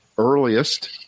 earliest